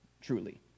truly